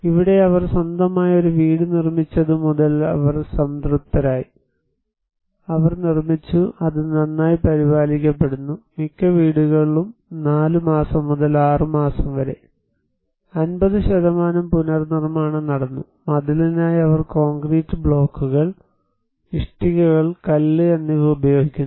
ഇവിടെ അവർ സ്വന്തമായി ഒരു വീട് നിർമ്മിച്ചതു മുതൽ അവർ സംതൃപ്തരായി അവർ നിർമ്മിച്ചു അത് നന്നായി പരിപാലിക്കപ്പെടുന്നു മിക്ക വീടുകളും 4 മാസം മുതൽ 6 മാസം വരെ 50 പുനർനിർമ്മാണം നടന്നു മതിലിനായി അവർ കോൺക്രീറ്റ് ബ്ലോക്കുകൾ ഇഷ്ടികകൾ കല്ല് എന്നിവ ഉപയോഗിക്കുന്നു